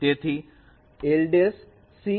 તેથી lCm 0